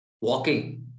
walking